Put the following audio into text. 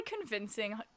convincing